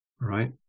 right